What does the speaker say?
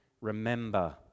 remember